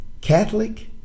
Catholic